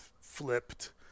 flipped